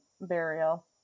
burial